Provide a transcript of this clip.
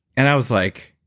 and i was like,